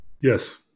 Yes